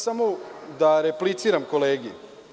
Samo da repliciram kolegi.